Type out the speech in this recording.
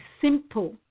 simple